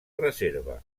reserva